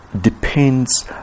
depends